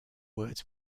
words